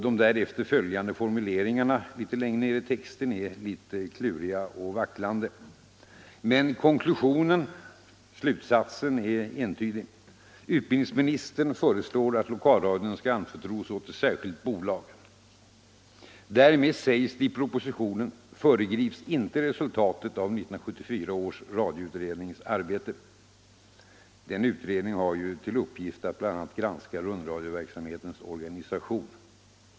De därefter följande formuleringarna, litet längre fram i texten, är något kluriga och vacklande. Slutsatsen är dock entydig. Utbildningsministern föreslår att lokalradion skall anförtros åt ett särskilt bolag. Därmed, sägs det i propositionen, föregrips inte resultatet av 1974 års radioutrednings arbete. Den utredning har ju till uppgift att bl.a. granska rundradioverksamhetens organisation.